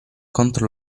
contro